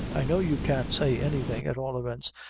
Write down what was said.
i know you can't say anything, at all events,